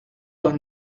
los